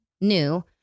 new